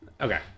Okay